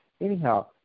anyhow